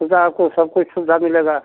सुविधा आपको सबकुछ सुविधा मिलेगी